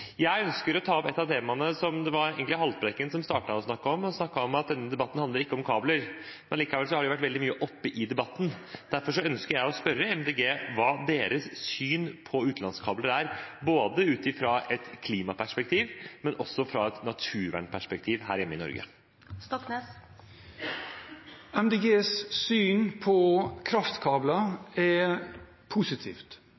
Jeg ønsker å ta opp et av temaene som representanten Haltbrekken startet å snakke om. Han snakket om at denne debatten ikke handler om kabler. Likevel har det vært veldig mye oppe i debatten. Derfor ønsker jeg å spørre Miljøpartiet De Grønne om hva deres syn på utenlandskabler er, både ut fra et klimaperspektiv og ut fra et naturvernperspektiv her hjemme i Norge. Miljøpartiet De Grønnes syn på